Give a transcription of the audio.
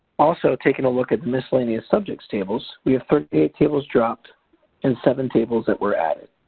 also taking a look at miscellaneous subject tables, we have thirteen tables dropped and seven tables that were added.